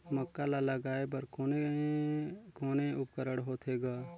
मक्का ला लगाय बर कोने कोने उपकरण होथे ग?